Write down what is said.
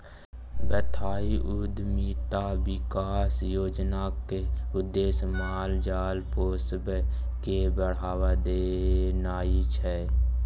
बथान उद्यमिता बिकास योजनाक उद्देश्य माल जाल पोसब केँ बढ़ाबा देनाइ छै